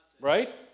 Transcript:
Right